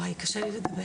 ואי, קשה לי לדבר.